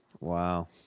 Wow